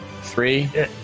Three